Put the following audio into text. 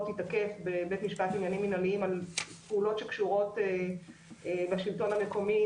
תיתקף בבית משפט לעניינים מנהליים על פעולות שקשורות בשלטון המקומי,